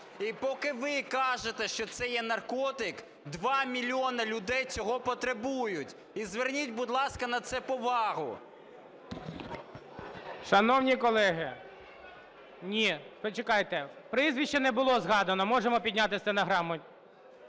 і, поки ви кажете, що це є наркотик, 2 мільйони людей цього потребують. І зверніть, будь ласка, на це увагу. ГОЛОВУЮЧИЙ. Шановні колеги! Ні, почекайте, прізвище не було згадано, можемо підняти стенограму.